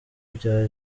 bya